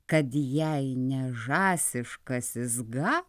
kad jei ne žąsiškasis gą